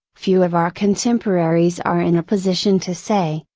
few of our contemporaries are in a position to say,